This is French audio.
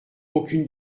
aucune